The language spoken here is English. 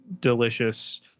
delicious